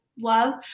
love